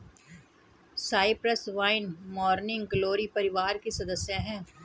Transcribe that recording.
Cyprus vine morning glory परिवार की सदस्य हैं